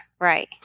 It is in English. Right